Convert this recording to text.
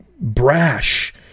brash